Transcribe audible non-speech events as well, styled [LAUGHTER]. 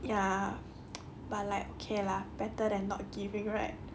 ya [NOISE] but like okay lah better than not give you right